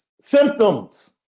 symptoms